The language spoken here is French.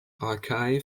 archive